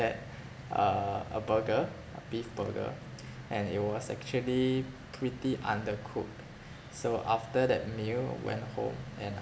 uh a burger a beef burger and it was actually pretty undercooked so after that meal I went home and